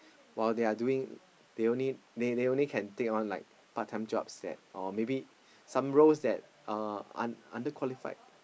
while they are doing they only they only can take on like part time jobs that or maybe some roles that uh un~ underqualified